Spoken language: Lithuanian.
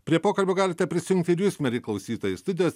prie pokalbio galite prisijungti ir jūs mieli klausytojai studijos